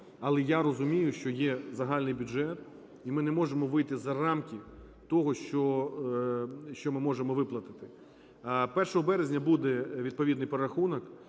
Але я розумію, що є загальний бюджет, і ми не можемо вийти за рамки того, що ми можемо виплатити. 1 березня буде відповідний перерахунок,